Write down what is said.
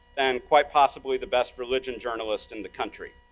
and quite possibly, the best religion journalist in the country.